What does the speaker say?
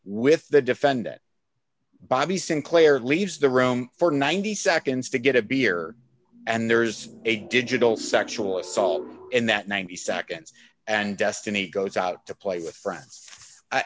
with the defendant bobby sinclair leaves the room for ninety seconds to get a beer and there's a digital sexual assault in that ninety seconds and destiny goes out to play with friends